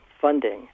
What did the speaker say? funding